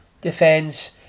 defence